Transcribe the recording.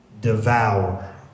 devour